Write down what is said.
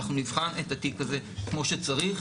אנחנו נבחן את התיק הזה כמו שצריך.